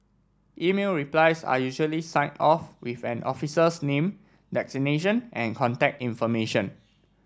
email replies are usually signed off with an officer's name designation and contact information